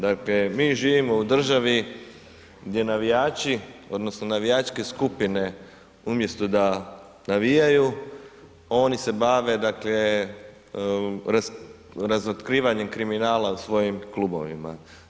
Dakle mi živimo u državi gdje navijači odnosno navijačke skupine umjesto da navijaju, oni se bave razotkrivanjem kriminala u svojim klubovima.